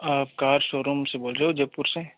आप car showroom से बोल रहे हो जयपुर से